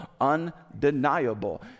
undeniable